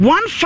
One